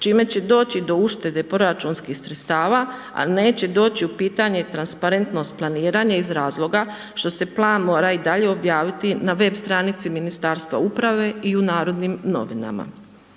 čime će doći do uštede proračunskih sredstava a neće doći u pitanje transparentnost planiranja iz razloga što se plan mora i dalje objaviti na web stranici Ministarstva uprave i u Narodnim novinama.